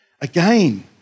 Again